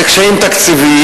יש קשיים תקציביים.